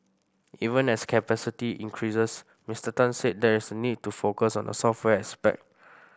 even as capacity increases Mister Tan said there is a need to focus on the software aspect